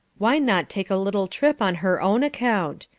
why not take a little trip on her own account?